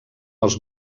els